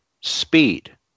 speed